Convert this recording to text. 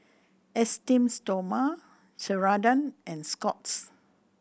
Esteem Stoma Ceradan and Scott's